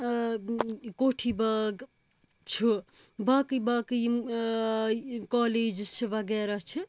یہِ کوٹھی باگ چھُ باقٕے باقٕے یِم کالیجِس چھِ وغیرہ چھِ